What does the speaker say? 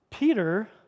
Peter